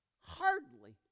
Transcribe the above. hardly